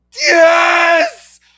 Yes